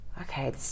okay